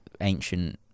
ancient